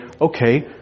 okay